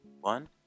one